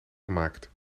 gemaakt